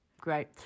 Great